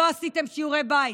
לא עשיתם שיעורי בית.